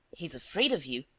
he's afraid of you,